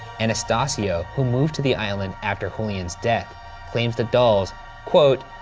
anastasio, who moved to the island after julian's death claims the dolls quote,